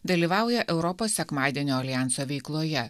dalyvauja europos sekmadienio aljanso veikloje